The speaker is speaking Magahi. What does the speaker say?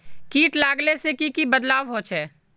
किट लगाले से की की बदलाव होचए?